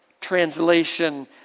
translation